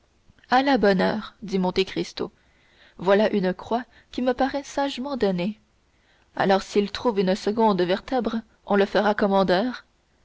à la bonne heure dit monte cristo voilà une croix qui me paraît sagement donnée alors s'il trouve une seconde vertèbre on le fera commandeur